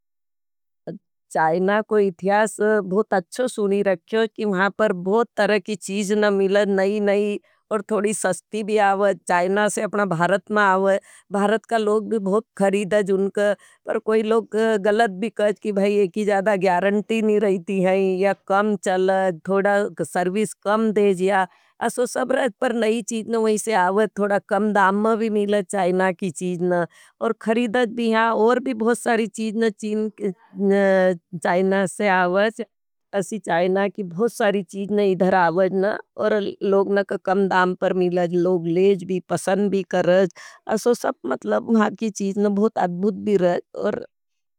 चाइना को इतियास बहुत अच्छो सुनी रख्यो कि वहाँ पर बहुत तरह की चीज़ना मिले। नई नई और थोड़ी सस्ती भी आवेद। चाइना से अपना भारत मा आवेद, भारत का लोग भी बहुत खरिदेज। उनका पर कोई लोग गलत भी करेज कि भाई एकी ज़ कारण्टी नहीं रहती हैं, या कम चल, थोड़ा सर्वीश कम देज या, असो सब रख पर नई चीज़ना वही से आवेद, थोड़ा कम दाम में भी मिलेज चाइना की चीज़ना, और खरिदेज भी हाँ। और भी बहुत सारी चीज़ना चीन, चाइना से आवेज, असी चाइना की बहुत सारी चीज ना इधर अवैज न। और लोग नाका कम दाम पर मिलत ना। लोग लेज भी पसंद भी करत। असो सब मतलब वहाँ की चीज ना बहुत अद्भुत भी राहत।